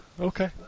Okay